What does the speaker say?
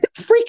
Freaking